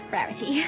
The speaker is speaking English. Rarity